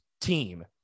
team